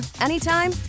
anytime